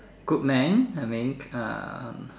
good man I mean um